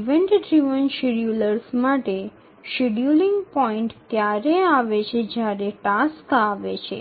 event driven schedulers માટે scheduling points ત્યારે આવે છે જ્યારે ટાસ્ક આવે છે